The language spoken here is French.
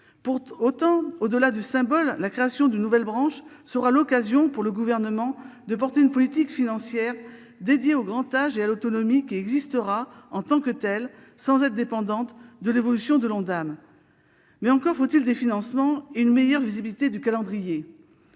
Pour autant, au-delà du symbole, la création d'une cinquième branche sera l'occasion, pour le Gouvernement, de porter une politique financière dédiée au grand âge et à l'autonomie qui existera en tant que telle, sans être dépendante de l'évolution de l'Ondam. Mais encore faut-il des financements et une meilleure visibilité quant au calendrier.